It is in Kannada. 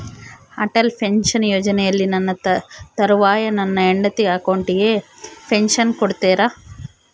ಅಟಲ್ ಪೆನ್ಶನ್ ಯೋಜನೆಯಲ್ಲಿ ನನ್ನ ತರುವಾಯ ನನ್ನ ಹೆಂಡತಿ ಅಕೌಂಟಿಗೆ ಪೆನ್ಶನ್ ಕೊಡ್ತೇರಾ?